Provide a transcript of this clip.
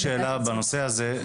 נעם, יש לי שאלה בנושא הזה.